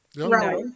Right